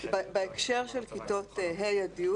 בהקשר של כיתות ה' י',